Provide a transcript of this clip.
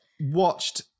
watched